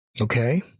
Okay